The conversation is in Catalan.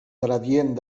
gradient